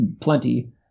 plenty